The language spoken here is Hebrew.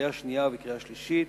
בקריאה שנייה ובקריאה שלישית.